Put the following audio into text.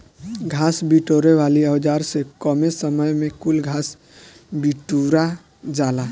घास बिटोरे वाली औज़ार से कमे समय में कुल घास बिटूरा जाला